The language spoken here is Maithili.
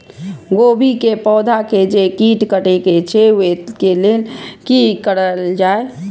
गोभी के पौधा के जे कीट कटे छे वे के लेल की करल जाय?